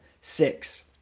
six